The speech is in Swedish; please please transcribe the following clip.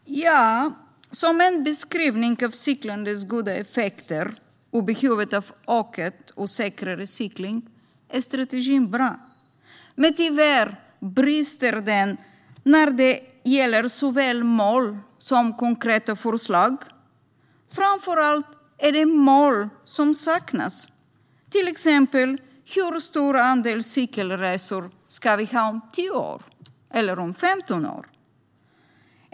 Tja, som en beskrivning av cyklandets goda effekter och behovet av ökad och säkrare cykling är strategin bra. Men tyvärr brister den när det gäller såväl mål som konkreta förslag. Framför allt är det mål som saknas. Hur stor andel cykelresor ska vi ha om 10 år och om 15 år?